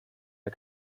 der